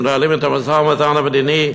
שמנהלים את המשא-ומתן המדיני,